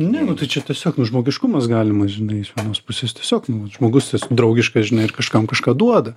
ne nu tai čia tiesiog nu žmogiškumas galimas žinai iš vienos pusės tiesiog žmogus jis draugiškas žinai ir kažkam kažką duoda